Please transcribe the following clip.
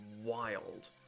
wild